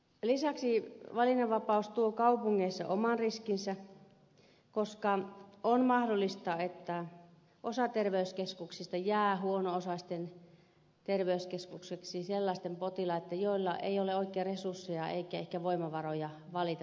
lisäksi valinnanvapaus tuo kaupungeissa oman riskinsä koska on mahdollista että osa terveyskeskuksista jää huono osaisten terveyskeskuksiksi sellaisten potilaiden joilla ei ole oikein resursseja eikä ehkä voimavaroja valita sitä hoitopaikkaa